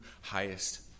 highest